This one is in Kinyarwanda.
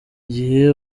gihe